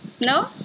No